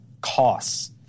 costs